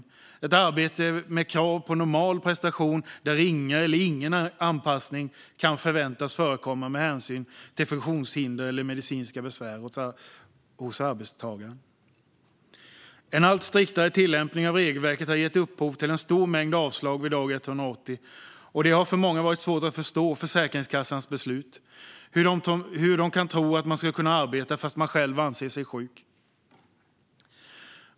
Det är ett arbete med krav på normal prestation och där ringa eller ingen anpassning kan förväntas förekomma med hänsyn till funktionshinder eller medicinska besvär hos arbetstagaren. En allt striktare tillämpning av regelverket har gett upphov till en stor mängd avslag vid dag 180. Det har för många varit svårt att förstå Försäkringskassans beslut, hur de kan tro att man ska kunna arbeta fast man själv anser sig sjuk.